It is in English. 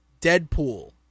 Deadpool